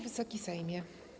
Wysoki Sejmie!